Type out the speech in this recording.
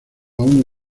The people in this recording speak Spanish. aún